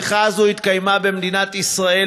השיחה הזאת התקיימה במדינת ישראל,